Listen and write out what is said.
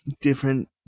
different